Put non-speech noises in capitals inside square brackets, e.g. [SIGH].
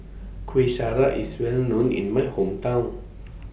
Kuih Syara IS Well known in My Hometown [NOISE]